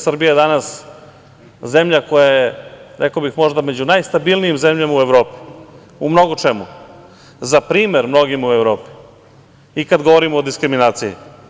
Srbija je danas zemlja koja je, rekao bih, možda među najstabilnijim zemljama u Evropi, u mnogo čemu, za primer mnogima u Evropi i kada govorimo o diskriminaciji.